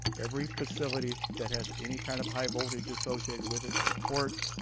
every facility that has any kind of high voltage associated with it, the port,